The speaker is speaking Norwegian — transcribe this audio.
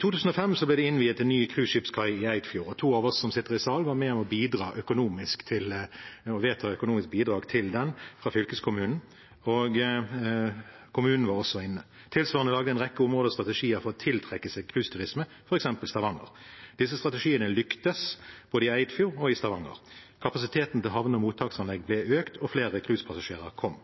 2005 ble det innviet en ny cruiseskipskai i Eidfjord, og to av oss som sitter i salen, var med på å vedta økonomiske bidrag til den fra fylkeskommunen, og kommunen var også inne. Tilsvarende laget en rekke områder strategier for å tiltrekke seg cruiseturisme, f.eks. Stavanger. Disse strategiene lyktes, både i Eidfjord og i Stavanger. Kapasiteten til havne- og mottaksanlegg ble økt, og flere cruisepassasjerer kom.